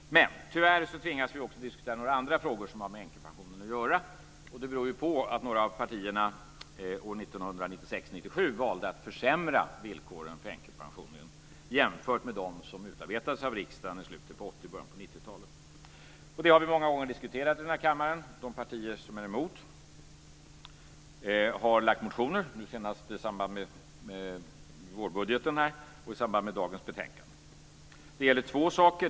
Men tyvärr tvingas vi också diskutera några andra frågor som har med änkepensionen att göra. Det beror på att några av partierna år 1996/97 valde att försämra villkoren för änkepensionen jämfört med dem som utarbetades av riksdagen i slutet på 80-talet och början på 90-talet. Det har vi många gånger diskuterat i denna kammare. De partier som är emot har väckt motioner, nu senast i samband med vårbudgeten och i samband med dagens betänkande. Det gäller två saker.